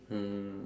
mm